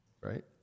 right